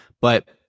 But-